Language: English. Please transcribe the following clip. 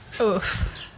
Oof